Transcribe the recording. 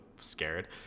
scared